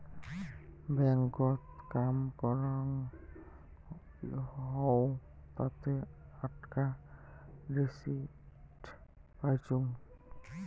ব্যাংকত কাম করং হউ তাতে আকটা রিসিপ্ট পাইচুঙ